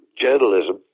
journalism